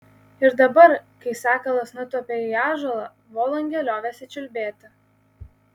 ir dabar kai sakalas nutūpė į ąžuolą volungė liovėsi čiulbėti